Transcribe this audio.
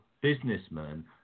businessman